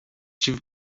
tive